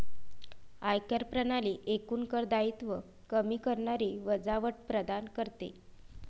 आयकर प्रणाली एकूण कर दायित्व कमी करणारी वजावट प्रदान करते